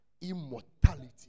immortality